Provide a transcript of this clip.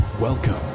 Welcome